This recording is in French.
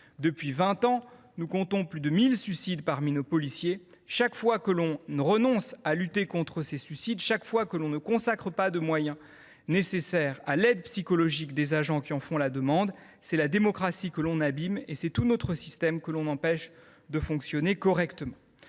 Depuis vingt ans, nous comptons plus de mille suicides parmi nos policiers. Chaque fois que l’on renonce à lutter contre ces suicides, chaque fois que l’on ne consacre pas de moyens à l’aide psychologique des agents qui en font la demande, c’est la démocratie qu’on abîme, c’est tout notre système qu’on empêche de fonctionner correctement.